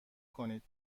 کنید